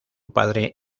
padre